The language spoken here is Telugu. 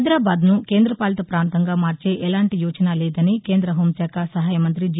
హైదారాబాద్ను కేంద్ర పాలిత పాంతంగా మార్చే ఎలాంటి యోచన లేదని కేంద్ర హోం శాఖా సహాయమంత్రి జి